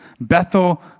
Bethel